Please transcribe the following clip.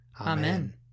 Amen